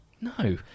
No